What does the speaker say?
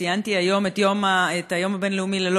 ציינתי היום את היום הבין-לאומי ללא